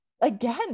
again